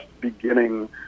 beginning